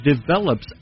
develops